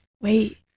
Wait